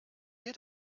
ihr